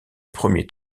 premier